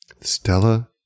Stella